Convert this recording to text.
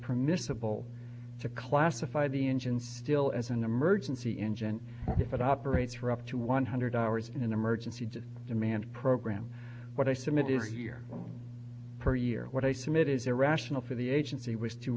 permissible to classify the engine still as an emergency engine if it operates for up to one hundred hours in an emergency to demand program what i submit is a year per year what i submit is irrational for the agency was to